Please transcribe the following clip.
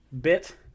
bit